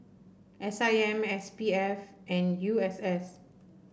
S I M S P F and U S S